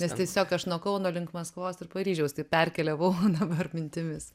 nes tiesiog aš nuo kauno link maskvos ir paryžiaus taip perkeliavau dabar mintimis